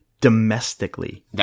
domestically